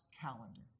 calendar